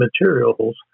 materials